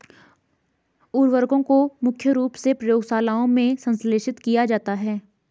उर्वरकों को मुख्य रूप से प्रयोगशालाओं में संश्लेषित किया जाता है